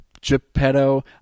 Geppetto